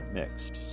mixed